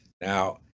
Now